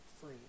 free